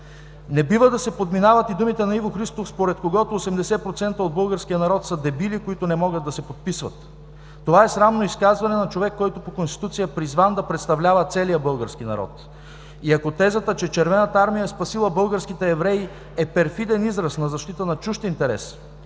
Не бива да се подминават и думите на Иво Христов, според когото „80% от българския народ са дебили, които не могат да се подписват“. Това е срамно изказване на човек, който по Конституция е призван да представлява целия български народ. И ако тезата, че Червената армия е спасила българските евреи, е перфиден израз на защита на чужд интерес,